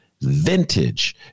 vintage